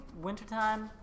Wintertime